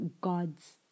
God's